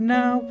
Now